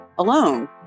alone